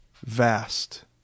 Vast